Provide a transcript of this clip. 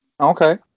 Okay